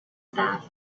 staff